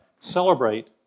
celebrate